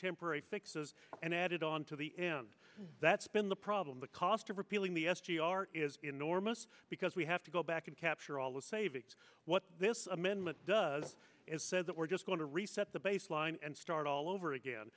temporary fixes and added on to the end that's been the problem the cost of repealing the s g r is enormous because we have to go back and capture all the savings what this amendment does is say that we're just going to reset the baseline and start all over again